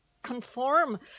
conform